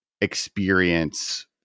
experience